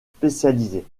spécialisée